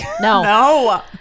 No